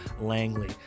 Langley